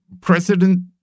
President